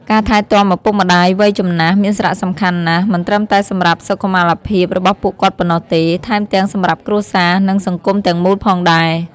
ការថែទាំឪពុកម្ដាយវ័យចំណាស់មានសារៈសំខាន់ណាស់ មិនត្រឹមតែសម្រាប់សុខុមាលភាពរបស់ពួកគាត់ប៉ុណ្ណោះទេ ថែមទាំងសម្រាប់គ្រួសារ និងសង្គមទាំងមូលផងដែរ។